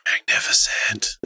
magnificent